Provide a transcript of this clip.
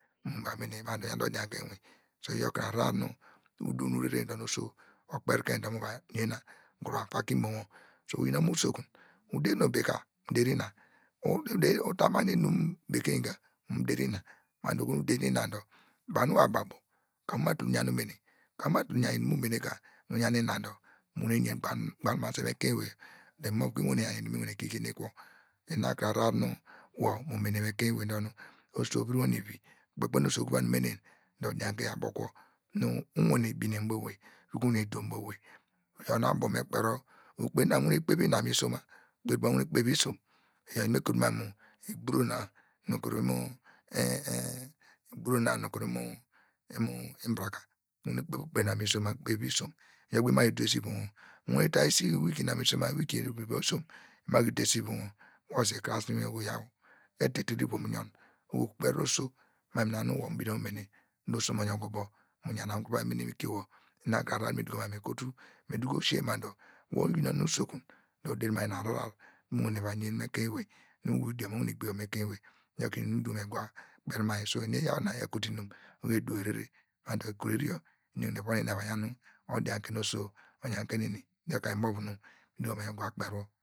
Muva mene ma dor uyan de odianke inwin so iyor kre ahrar nu uduw nu urere nu oso okperiken dor uva yena muva pake imo wor so iyin omo usokunu uduw nu ubi ka deri ina ude uta magne inum bekeny ka mu deri ina ma dor wor nu uderin ina dor banu wor abo abo kemu uma tul yan umene kemu uma tul yan umesen ka nu iyan ino dor mu wane yen banu uho nu uva suenete ekein ewey yor dor imov ka yan inum nu mi wane degene kuwo ina kre ahrar nu wor mu mene mu ekein ewey yir nu oso ovur uor nu ivi ikpekpena oso uvon uva mene dor odianke yorabi kwo nu uwane bine idiom mu ubo owey ukuru wane doo mu abo owey iyor nu me abo okunu me kperi wor yor ukpena mu wane kpev ina misoma ukpena mu wane mu kpeva isom inu me kotu mam mu ogburo na nu kuru imo ogburo na nu kuru imo nbraka mu wane kpev ukpe na misoma ukpena vivi isom iyor imaki dese ivom wor mu wane ta esi wiki na misoma wiki vivi dor osom imaki duwese ivom wor wor su krese inwin dor yaw etitiri ivom uyon oho ukperi oso mam mu ina inum nu uyan okunu mu mene dor oso mo yon kwo ubo mu yana mu kuru va yi mene inwin kio wor ina kre ahrar nu mi doku sie ma dor uyin onu usokunu mu deri mam mu ina ahrar nu eva yen mu mu ekein ewey nu uwu idiom owane gbije wor mu ekein ewey iyor kre inum nui duko mam mu me gira kperi ma eni eyaw ine eya kotu inum mador enu eduw rere ma dir ekur8yor eni yor evon ina eva yan odianke nu oso oyan ke nu eni yor ka imova nu me ma kperi uwor.